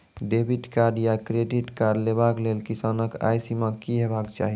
Debit या credit card लेवाक लेल किसानक आय सीमा की हेवाक चाही?